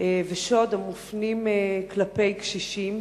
ושוד המופנים כלפי קשישים.